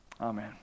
Amen